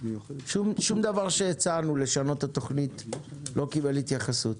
דבר ממה שהצענו לשנות בתוכנית לא קיבל התייחסות.